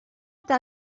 está